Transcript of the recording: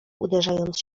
uderzając